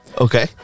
Okay